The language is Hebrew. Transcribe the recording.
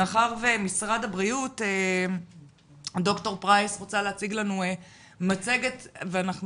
מאחר שד"ר פרייס רוצה להציג לנו מצגת ואנחנו